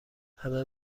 همه